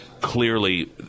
clearly